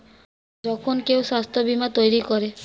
যখন কেউ স্বাস্থ্য বীমা তৈরী করে